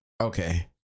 Okay